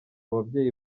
babyeyi